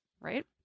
right